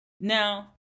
Now